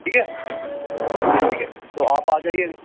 ठीक है ठीक है तो आप आ जाइए